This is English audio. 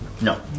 No